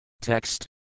Text